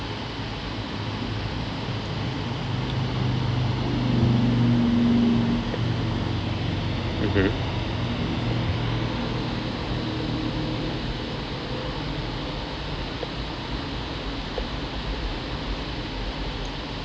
mmhmm